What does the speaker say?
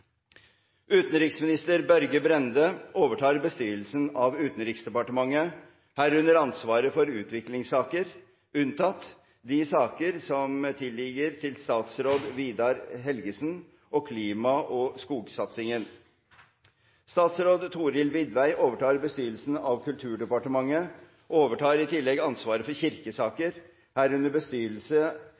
Utenriksminister Børge Brende overtar bestyrelsen av Utenriksdepartementet, herunder ansvaret for utviklingssaker, unntatt: – de saker som ligger til statsråd Vidar Helgesen, og – klima- og skogsatsingen. Statsråd Thorhild Widvey overtar bestyrelsen av Kulturdepartementet og overtar i tillegg ansvaret for kirkesaker, herunder